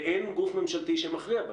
ואין גוף ממשלתי שמכריע בהם.